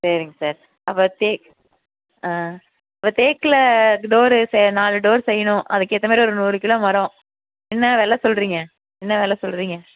சரிங்க சார் அப்புறம் தேக் இப்போ தேக்கில் டோர் செய்ய நாலு டோர் செய்யணும் அதுக்கேற்ற மாதிரி ஒரு நூறு கிலோ மரம் என்ன வெலை சொல்கிறீங்க என்ன வெலை சொல்கிறீங்க